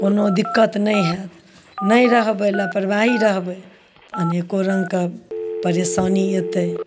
कोनो दिक्कत नहि होयत नहि रहबै लापरवाही रहबै तऽ अनेकोँ रङ्गके परेशानी अयतै